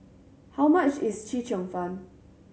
how much is Chee Cheong Fun